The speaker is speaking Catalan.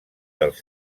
dels